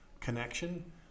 connection